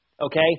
okay